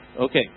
Okay